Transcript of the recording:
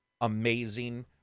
amazing